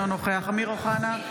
אינו נוכח אמיר אוחנה,